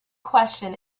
question